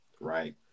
right